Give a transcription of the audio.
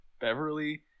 Beverly